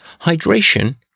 Hydration